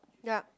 yup